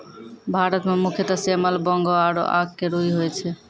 भारत मं मुख्यतः सेमल, बांगो आरो आक के रूई होय छै